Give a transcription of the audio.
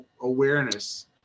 awareness